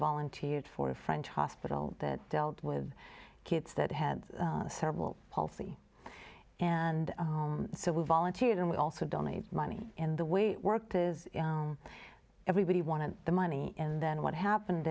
volunteered for a french hospital that dealt with kids that had cerebral palsy and so we volunteered and we also donated money in the way it worked is everybody wanted the money in then what happened